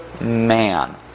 man